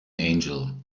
angel